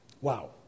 Wow